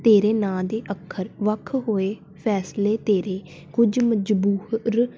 ਤੇਰੇ ਨਾਂ ਦੇ ਅੱਖਰ ਵੱਖ ਹੋਏ ਫੈਸਲੇ ਤੇਰੇ ਕੁਝ ਮਜਬੂਰ